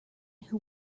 who